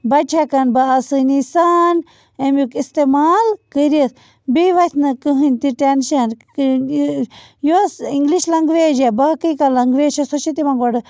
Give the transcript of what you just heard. بچہِ ہٮ۪کن با آسٲنی سان اَمیُک استعمال کٔرِتھ بیٚیہِ وَتھِ نہٕ کٕہٕںۍ تہِ ٹٮ۪نشَن یۄس اِنٛگلِش لنٛگویج یا باقٕے کانٛہہ لنٛگویج چھِ سۄ چھےٚ تِمن گۄڈٕ